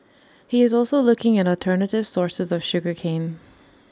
he is also looking at alternative sources of sugar cane